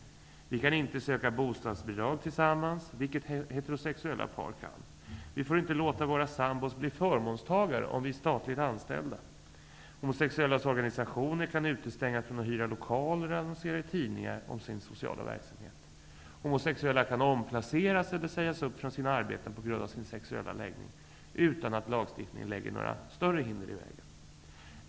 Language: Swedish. Vi kan inte söka bostadsbidrag tillsammans, vilket heterosexuella par kan. Vi får inte låta våra sambor bli förmånstagare om vi är statligt anställda. Homosexuellas organisationer kan utestängas från att hyra lokaler och annonsera i tidningar om sin sociala verksamhet. Homosexuella kan omplaceras eller sägas upp från sina arbeten på grund av sin sexuella läggning, utan att lagstiftningen lägger några större hinder i vägen.